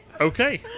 Okay